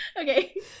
Okay